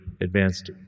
advanced